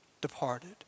departed